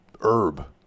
herb